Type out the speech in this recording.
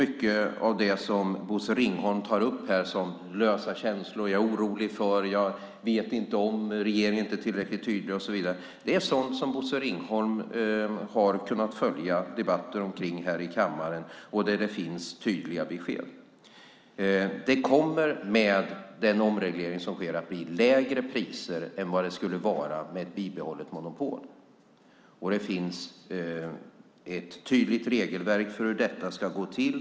Mycket av det som Bosse Ringholm tar upp som lösa känslor som "jag är orolig för", "jag vet inte om", "regeringen är inte tillräckligt tydlig" och så vidare gäller sådant som Bosse Ringholm hade kunnat följa debatter om här i kammaren. Där har det givits tydliga besked. Det kommer med den omreglering som blir att bli lägre priser än vad det skulle vara med ett bibehållet monopol. Det finns ett tydligt regelverk för hur detta ska gå till.